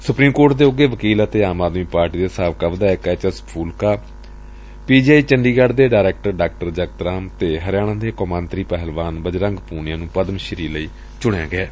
supreme court ਦੇ ਉਘੇ ਵਕੀਲ ਵਿਧਾਇਕ H S Phoolka P G I Chandigarh ਦੇ ਡਾਇਰੈਕਟਰ ਡਾ ਜਗਤ ਰਾਮ ਤੇ ਹਰਿਆਣਾ ਦੇ ਕੌਮਾਂਤਰੀ ਪਹਿਲਵਾਨ ਬਜਰੰਗ ਪੁਨੀਆ ਨੂੰ ਪਦਮ ਸ੍ਰੀ ਲਈ ਚੁਣਿਆ ਗਿਐ